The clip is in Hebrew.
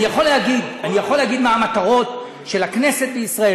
אני יכול להגיד מה המטרות של הכנסת בישראל,